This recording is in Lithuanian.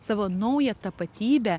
savo naują tapatybę